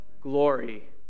glory